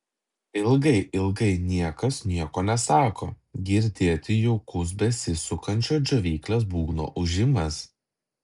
ilgai ilgai niekas nieko nesako girdėti jaukus besisukančio džiovyklės būgno ūžimas